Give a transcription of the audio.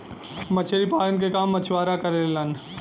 मछरी पालन के काम मछुआरा करेलन